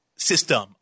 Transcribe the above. system